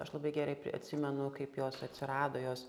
aš labai gerai atsimenu kaip jos atsirado jos